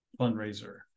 fundraiser